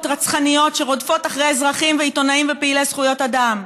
רצחניות שרודפות אחרי אזרחים ועיתונאים ופעילי זכויות אדם.